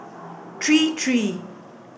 three three